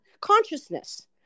consciousness